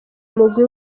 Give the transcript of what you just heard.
umugwi